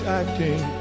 acting